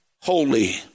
holy